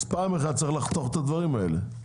פעם אחת צריך לחתוך את הדברים האלה.